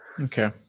Okay